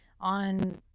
on